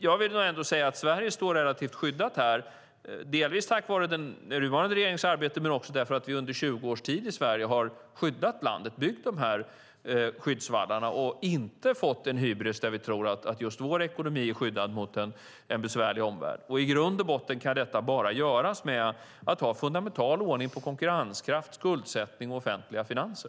Jag vill nog ändå säga att Sverige står relativt skyddat här, delvis tack vare den nuvarande regeringens arbete men också därför att vi under 20 års tid har skyddat Sverige, byggt de här skyddsvallarna och inte fått en hybris där vi tror att just vår ekonomi är skyddad mot en besvärlig omvärld. I grund och botten kan detta bara göras genom att ha en fundamental ordning på konkurrenskraft, skuldsättning och offentliga finanser.